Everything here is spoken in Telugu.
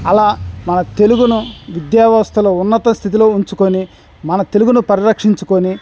అలా మన తెలుగును విద్యావ్యవస్థలో ఉన్నత స్థితిలో ఉంచుకొని మన తెలుగును పరిరక్షించుకొని